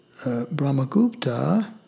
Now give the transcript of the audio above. Brahmagupta